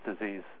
disease